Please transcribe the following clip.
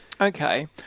Okay